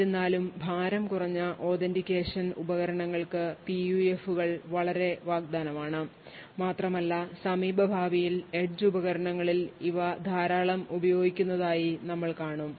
എന്നിരുന്നാലും ഭാരം കുറഞ്ഞ authentication ഉപകരണങ്ങൾക്ക് PUF കൾ വളരെ വാഗ്ദാനമാണ് മാത്രമല്ല സമീപഭാവിയിൽ എഡ്ജ് ഉപകരണങ്ങളിൽ ഇവ ധാരാളം ഉപയോഗിക്കുന്നതായി ഞങ്ങൾ കാണും